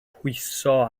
pwyso